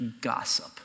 gossip